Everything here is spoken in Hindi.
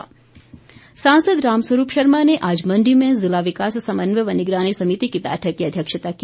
राम स्वरूप सांसद राम स्वरूप शर्मा ने आज मंडी में जिला विकास समन्वय व निगरानी समिति की बैठक की अध्यक्षता की